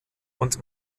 und